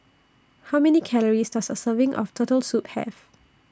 How Many Calories Does A Serving of Turtle Soup Have